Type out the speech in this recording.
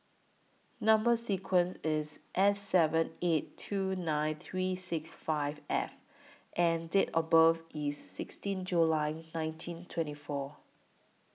Number sequence IS S seven eight two nine three six five F and Date of birth IS sixteen July nineteen twenty four